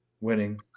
winning